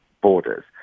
borders